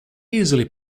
easily